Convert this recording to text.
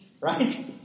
Right